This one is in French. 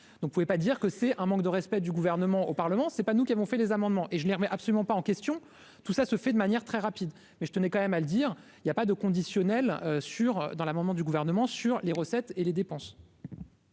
d'on ne pouvait pas dire que c'est un manque de respect du gouvernement au Parlement, c'est pas nous qui avons fait les amendements et je les remets absolument pas en question, tout ça se fait de manière très rapide, mais je tenais quand même à le dire, il y a pas de conditionnel sur dans l'amendement du gouvernement sur les recettes et les dépenses.